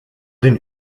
den